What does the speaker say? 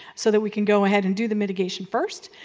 so that we can go ahead and do the mitigation first,